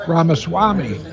Ramaswamy